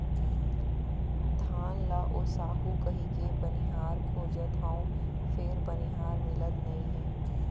धान ल ओसाहू कहिके बनिहार खोजत हँव फेर बनिहार मिलत नइ हे